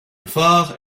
phare